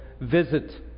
visit